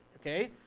okay